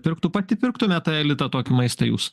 pirktų pati pirktumėt aelita tokį maistą jūs